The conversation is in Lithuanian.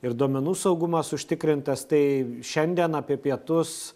ir duomenų saugumas užtikrintas tai šiandien apie pietus